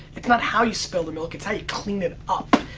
it's not how you spill the milk, it's how you clean it up.